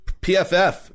PFF